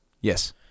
Yes